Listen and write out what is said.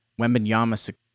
Wembenyama